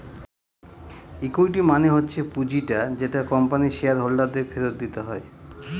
equity মানে হচ্ছে পুঁজিটা যেটা কোম্পানির শেয়ার হোল্ডার দের ফেরত দিতে হয়